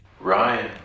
Ryan